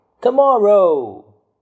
Tomorrow